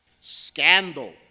scandal